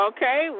Okay